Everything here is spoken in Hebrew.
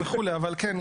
כן,